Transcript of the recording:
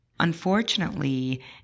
Unfortunately